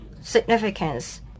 significance